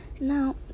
Now